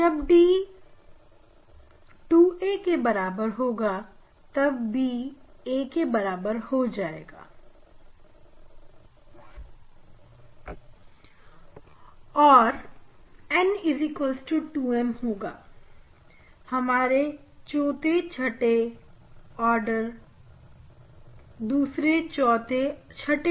जब d 2a होगा तब b a हो जाएगा और n 2m हम दूसरे चौथे छठे आर्डर को खो देंगे